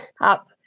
up